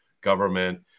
government